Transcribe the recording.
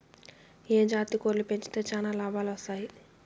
ఏ జాతి కోళ్లు పెంచితే చానా లాభాలు వస్తాయి?